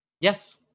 Yes